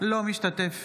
אינו משתתף